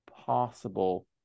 possible